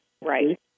right